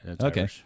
Okay